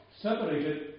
separated